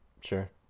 sure